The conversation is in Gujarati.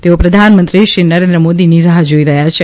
તેઓ પ્રધાનમંત્રી શ્રી નરેન્દ્ર મોદીની રાહ જાઈ રહયાં છે